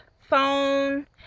phone